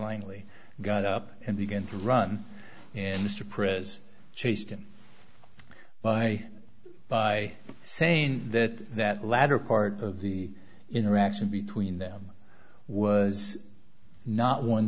langley got up and began to run in the street pres chased him by by saying that that latter part of the interaction between them was not one